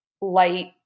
light